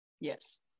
yes